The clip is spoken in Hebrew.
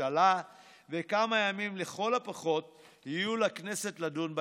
הממשלה וכמה ימים לכל הפחות יהיו לכנסת לדון בתקציב.